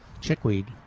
chickweed